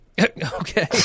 okay